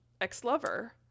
ex-lover